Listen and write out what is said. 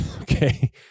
Okay